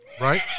right